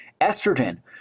estrogen